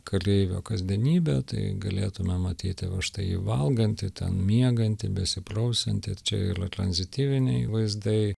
kareivio kasdienybę tai galėtume matyti va štai jį valgantį ten miegantį besiprausiantį ir čia yra tranzityviniai vaizdai